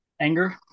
anger